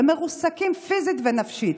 הם מרוסקים פיזית ונפשית,